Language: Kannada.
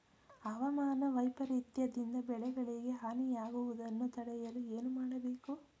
ಹವಾಮಾನ ವೈಪರಿತ್ಯ ದಿಂದ ಬೆಳೆಗಳಿಗೆ ಹಾನಿ ಯಾಗುವುದನ್ನು ತಡೆಯಲು ಏನು ಮಾಡಬೇಕು?